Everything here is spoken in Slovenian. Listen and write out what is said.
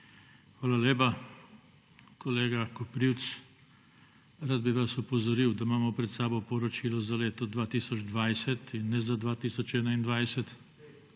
Hvala lepa. Kolega Koprivc, rad bi vas opozoril, da imamo pred seboj poročilo za leto 2020 in ne za 2021.